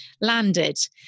landed